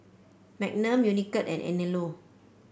Magnum Unicurd and Anello